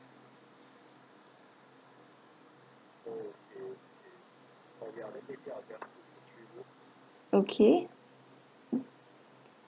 okay